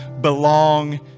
belong